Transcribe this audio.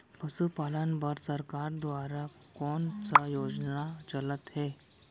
पशुपालन बर सरकार दुवारा कोन स योजना चलत हे?